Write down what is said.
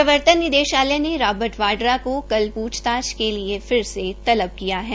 प्रवर्तन निदेशालय ने रोबर्ट वाड्रा को कल प्रछताछ के लिये फिर से तलब किया है